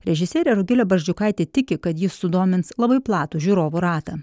režisierė rugilė barzdžiukaitė tiki kad ji sudomins labai platų žiūrovų ratą